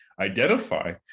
identify